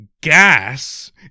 gas